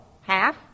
Half